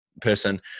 person